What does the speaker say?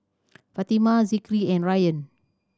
Fatimah Zikri and Ryan